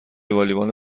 والیبال